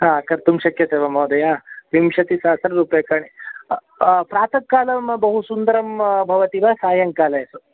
हा कर्तुं शक्यते वा महोदय विंशतिसहस्ररूप्यकाणि प्रातःकाले बहुसुन्दरं भवति वा सायङ्काले